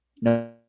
No